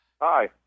Hi